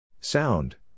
Sound